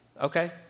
Okay